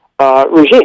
regime